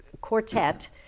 quartet